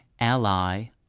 ally